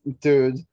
Dude